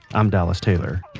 i'm dallas taylor